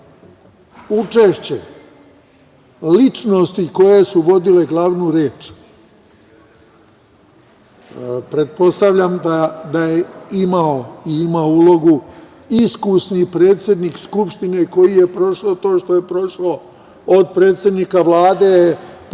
učešće ličnosti koje su vodile glavnu reč. Pretpostavljam da je imao i ima ulogu iskusni predsednik Skupštine koji je prošao to što je prošao, od predsednika Vlade,